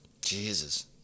Jesus